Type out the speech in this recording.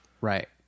Right